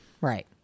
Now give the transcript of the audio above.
Right